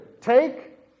Take